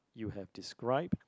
you have described